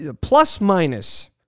Plus-minus